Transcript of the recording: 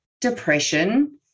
depression